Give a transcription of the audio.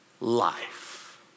life